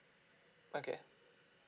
okay